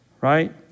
Right